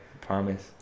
promise